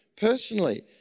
personally